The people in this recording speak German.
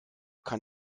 kann